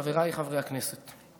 חבריי חברי הכנסת,